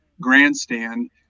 grandstand